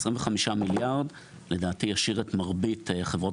לדעתי, 25 מיליארד ישאיר את מרבית חברות